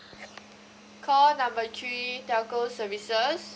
call number three telco services